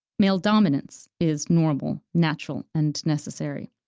male dominance is normal, natural, and necessary,